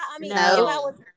No